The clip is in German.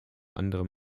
anderem